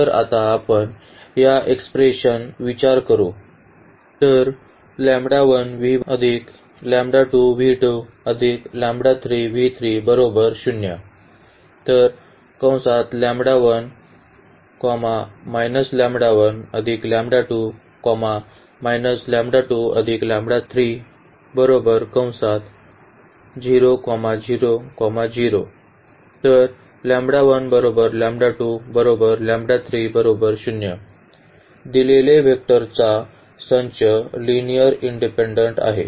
तर आता आपण या एक्सप्रेशनवर विचार करू दिलेले व्हेक्टरचा संच लिनिअर्ली इंडिपेन्डेन्ट आहे